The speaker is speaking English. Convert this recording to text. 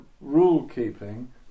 rule-keeping